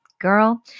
girl